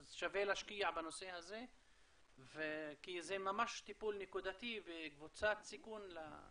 אז שווה להשקיע בנושא הזה כי זה ממש טיפול נקודתי וקבוצת סיכון.